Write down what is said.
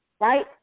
right